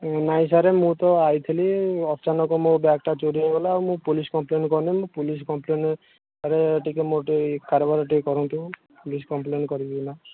ନାଇଁ ସାର୍ ମୁଁ ତ ଆସିଥିଲି ଅଚାନକ ମୋ ବ୍ୟାଗ୍ଟା ଚୋରି ହେଇଗଲା ଆଉ ମୁଁ ପୋଲିସ୍ କମ୍ପ୍ଲେନ୍ କରିନି ମୁଁ ପୋଲିସ୍ କମ୍ପ୍ଲେନ୍ ସାର୍ ଟିକେ ମୋର ଟିକେ କାରବାର ଟିକେ କରନ୍ତୁ ପୋଲିସ୍ କମ୍ପ୍ଲେନ୍ କରିବି ଏଇନା